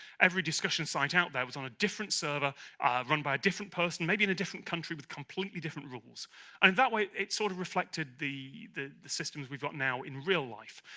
every discussion site out there was on a different server run by a different person, maybe in a different country, with completely different rules and that way it sort of reflected the the the systems we've got now in real life,